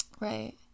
Right